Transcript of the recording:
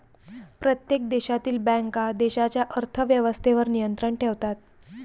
प्रत्येक देशातील बँका देशाच्या अर्थ व्यवस्थेवर नियंत्रण ठेवतात